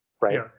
right